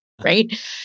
right